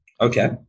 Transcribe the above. Okay